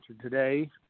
today